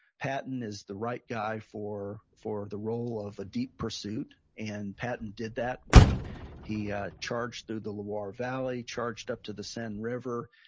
patton is the right guy for for the role of a deep pursuit. and patton did that when he ah charged through the loire valley, charged up to the seine river,